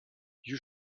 you